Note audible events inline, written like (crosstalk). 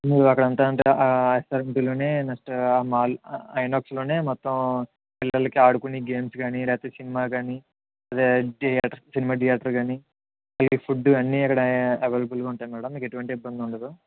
అక్కడ అంత (unintelligible) ఆ రెస్టారెంట్లోనే నెక్స్ట్ ఆ మాల్ ఐనాక్స్లోనే మొత్తం పిల్లలకు ఆడుకునే గేమ్స్ కానీ లేకపోతే సినిమా గానీ లేదంటే సినిమా దియేటర్ గానీ తినే ఫుడ్ అన్ని అక్కడ అవైలబుల్గా ఉంటాయి మ్యాడమ్ మీకు ఎటువంటి ఇబ్బంది ఉండదు